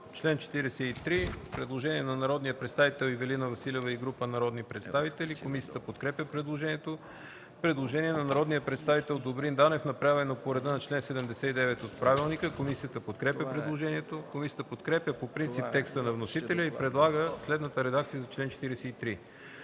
чл. 43 има предложение на народния представител Ивелина Василева и група народни представители. Комисията подкрепя предложението. Предложение на народния представител Добрин Данев, направено по реда на чл. 79 от Правилника. Комисията подкрепя предложението. Комисията подкрепя по принцип текста на вносителя и предлага следната редакция за чл. 43: